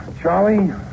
Charlie